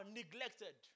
neglected